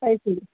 അത് ശരി